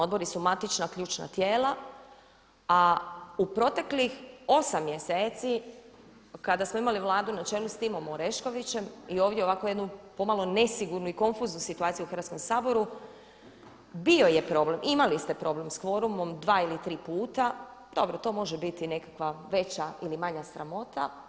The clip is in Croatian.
Odbori su matična, ključna tijela a u proteklih 8 mjeseci kada smo imali Vladu na čelu sa Timom Oreškovićem i ovdje ovako jednu pomalo nesigurnu i konfuznu situaciju u Hrvatskom saboru, bio je problem, imali ste problem sa kvorumom dva ili tri puta, dobro, to može biti nekakva veća ili manja sramota.